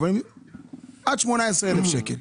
עד 18,000 שקלים.